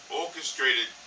orchestrated